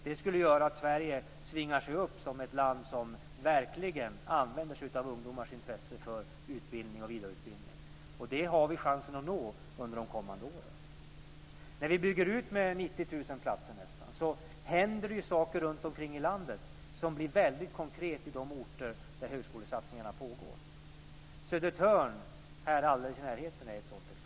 Det skulle göra att Sverige svingar sig upp som ett land som verkligen använder sig av ungdomars intresse för utbildning och vidareutbildning. Det har vi chansen att nå under de kommande åren. När vi bygger ut med nästan 90 000 platser händer det saker runtomkring i landet som blir väldigt konkreta på de orter där högskolesatsningarna pågår. Södertörn här alldeles i närheten är ett sådant exempel.